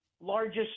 largest